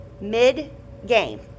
mid-game